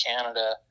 Canada